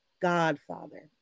Godfather